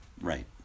Right